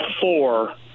four